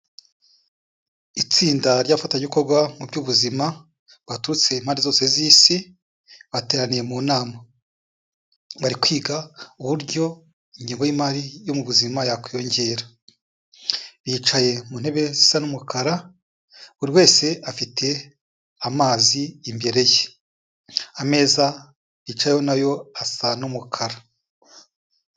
Itsinda ry'abafatanyabikorwa mu by'ubuzima baturutse impande zose z'isi, bateraniye mu nama. Bari kwiga uburyo ingengo y'imari yo mu buzima yakwiyongera. Bicaye mu ntebe zisa n'umukara, buri wese afite amazi imbere ye. Ameza yicaweho na yo asa n'umukara.